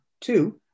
Two